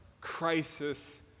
crisis